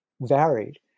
varied